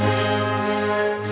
and